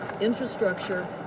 infrastructure